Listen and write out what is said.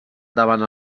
davant